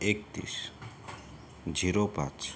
एकतीस झिरो पाच